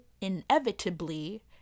inevitably